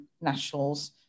nationals